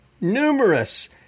numerous